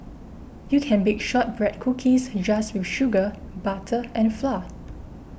you can bake Shortbread Cookies just with sugar butter and flour